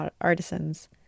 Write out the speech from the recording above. artisans